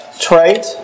trait